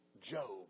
Job